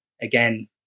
Again